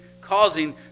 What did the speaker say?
causing